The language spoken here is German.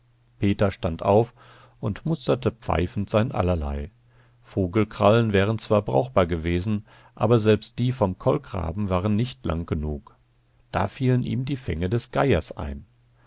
peter stand auf und musterte pfeifend sein allerlei vogelkrallen wären zwar brauchbar gewesen aber selbst die vom kolkraben waren nicht lang genug da fielen ihm die fänge des geiers ein